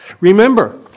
Remember